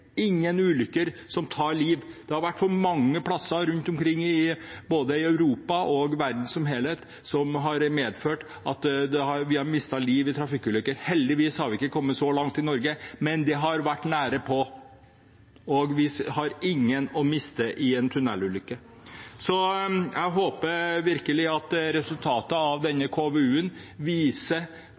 som tar liv. Det har vært tunnelulykker for mange steder rundt omkring i Europa og i verden som helhet, som har medført at man har mistet liv. Heldigvis har det ikke gått så langt i Norge, men det har vært nære på, og vi har ingen å miste til en tunnelulykke. Jeg håper virkelig resultatet av denne KVU-en viser